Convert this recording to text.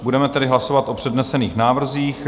Budeme tedy hlasovat o přednesených návrzích.